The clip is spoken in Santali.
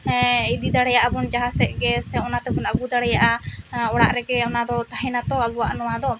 ᱤᱫᱤ ᱫᱟᱲᱮᱭᱟᱜᱼᱟ ᱵᱚᱱ ᱢᱟᱦᱟᱸ ᱥᱮᱫ ᱜᱮ ᱥᱮ ᱚᱱᱟ ᱛᱮ ᱵᱚᱱ ᱟᱹᱜᱩ ᱫᱟᱲᱮᱭᱟᱜᱼᱟ ᱚᱲᱟᱜ ᱨᱮᱜᱮ ᱚᱱᱟ ᱫᱚ ᱛᱟᱦᱮᱱᱟ ᱛᱚ ᱟᱵᱚᱣᱟᱜ ᱱᱚᱣᱟ ᱫᱚ